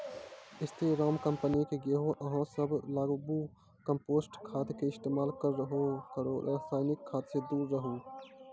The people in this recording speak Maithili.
स्री राम कम्पनी के गेहूँ अहाँ सब लगाबु कम्पोस्ट खाद के इस्तेमाल करहो रासायनिक खाद से दूर रहूँ?